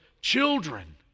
children